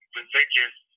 religious